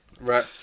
Right